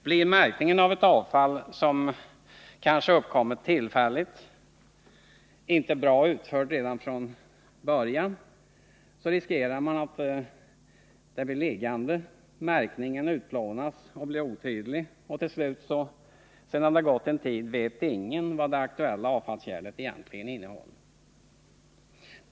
Blir märkningen av ett avfall, som kanske uppkommit tillfälligt, inte bra utförd redan från början riskerar man att avfallet blir liggande, märkningen utplånas eller blir otydlig. Till slut, sedan det gått en tid, vet ingen vad de aktuella avfallskärlen egentligen innehåller.